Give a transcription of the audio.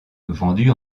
vendue